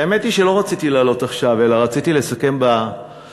האמת היא שלא רציתי לעלות עכשיו אלא רציתי לסכם בסוף,